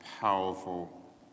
powerful